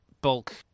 bulk